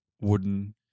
wooden